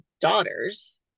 daughters